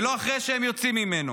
ולא אחרי שהם יוצאים ממנו.